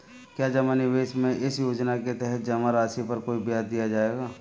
क्या जमा निवेश में इस योजना के तहत जमा राशि पर कोई ब्याज दिया जाएगा?